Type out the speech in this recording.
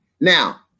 Now